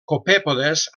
copèpodes